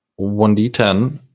1d10